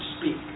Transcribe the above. speak